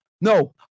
No